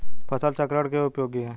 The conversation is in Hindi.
फसल चक्रण क्यों उपयोगी है?